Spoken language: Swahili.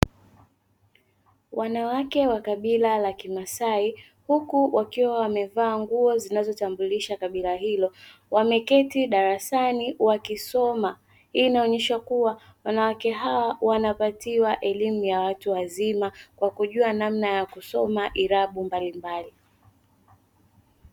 Wanawake wa kabila la kimasai huku wakiwa wamevaa nguo zinazotambulisha kabila hilo, wameketi darasani wakisoma hii inaonyesha kuwa wanawake hao wanapatiwa elimu ya watu wazima kwa kujua namna ya kusoma irabu mbalimbali.